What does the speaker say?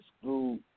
school